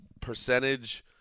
percentage